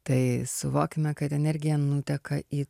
tai suvokime kad energija nuteka į